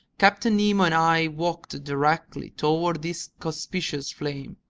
captain nemo and i walked directly toward this conspicuous flame.